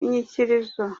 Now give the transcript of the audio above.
inyikirizo